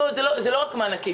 זה לא רק מענקים.